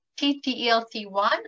TTELT1